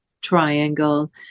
triangle